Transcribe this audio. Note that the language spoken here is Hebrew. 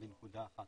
לנקודה אחת